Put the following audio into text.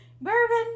Bourbon